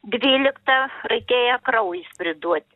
dvyliktą reikėjo kraujs priduot